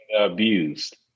abused